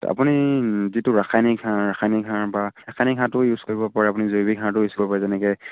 আপুনি যিটো ৰাসায়নিক সাৰ ৰাসায়নিক সাৰ বা ৰাসায়নিক সাৰটোও ইউজ কৰিব পাৰে আপুনি জৈৱিক সাৰটোও ইউজ কৰিব পাৰে যেনেকৈ